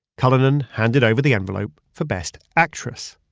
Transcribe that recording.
cullinan handed over the envelope for best actress.